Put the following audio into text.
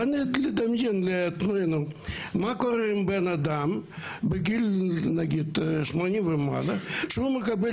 בואו נדמיין לעצמנו מה קורה לבן אדם בגיל 80 ומעלה שמקבל